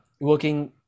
working